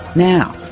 now,